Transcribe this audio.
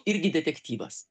irgi detektyvas